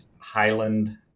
highland